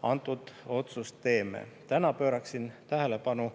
sellise otsuse teeme. Täna pööraksin tähelepanu